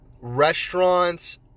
restaurants